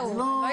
אני